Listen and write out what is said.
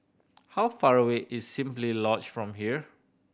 how far away is Simply Lodge from here